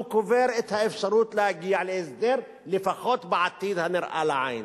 הוא קובר את האפשרות להגיע להסדר לפחות בעתיד הנראה לעין,